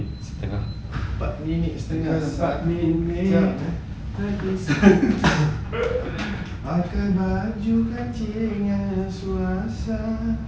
empat minit setengah empat minit